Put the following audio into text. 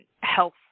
health